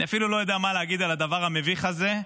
אני אפילו לא יודע מה להגיד על הדבר המביך הזה,